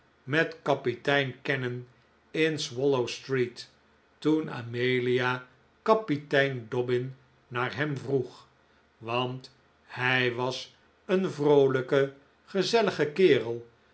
met kapitein cannon in swallow street toen amelia kapitein dobbin naar hem vroeg want hij was een vroolijke gezellige kerel